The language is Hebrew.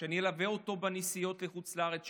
שאני אלווה אותו בנסיעות לחוץ לארץ,